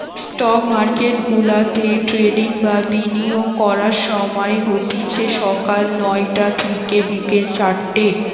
stock মার্কেটগুলাতে trading বা বিনিয়োগ করার সময় হতিছে সকাল নয়টা থিকে বিকেল চারটে